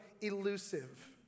elusive